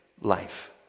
life